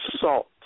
salt